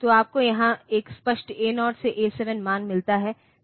तो आपको यहां एक स्पष्ट A0 से A7 मान मिलता है